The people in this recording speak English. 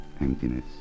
emptiness